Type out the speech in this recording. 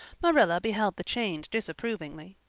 marilla beheld the change disapprovingly.